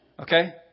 okay